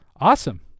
Awesome